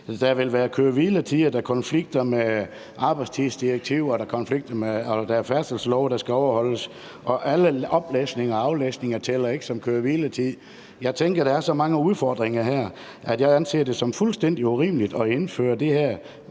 Der vil være køre-hvile-tider, der konflikter med arbejdstidsdirektiver, og der er færdselslove, der skal overholdes, og alle aflæsninger og pålæsninger tæller ikke som køre-hvile-tid. Jeg tænker, at der er så mange udfordringer her, at jeg anser det som fuldstændig urimeligt at indføre det her